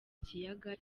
kiyaga